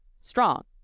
strong